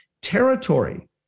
Territory